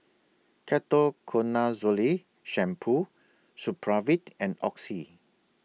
Ketoconazole Shampoo Supravit and Oxy